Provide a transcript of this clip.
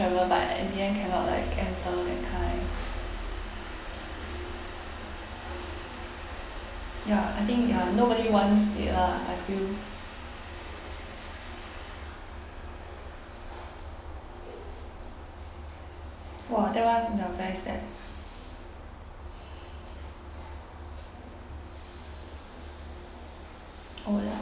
travel but in the end cannot enter that kind ya I think ya nobody wants it lah I feel !wah! that one no very sad oh ya